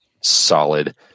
solid